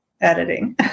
editing